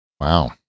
Wow